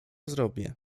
zrobię